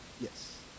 Yes